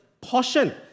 portion